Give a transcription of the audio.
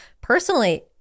personally